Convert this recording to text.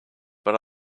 but